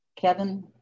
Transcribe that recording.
Kevin